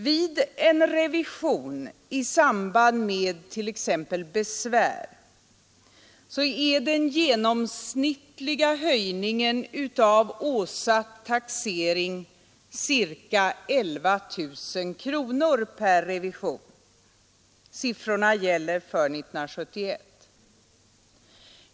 Vid revisioner i samband med t.ex. besvär är den genomsnittliga höjningen av åsatt taxering ca 11 000 kronor per revision. Siffrorna gäller för 1971.